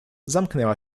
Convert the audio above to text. zamknęła